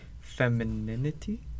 femininity